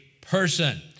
person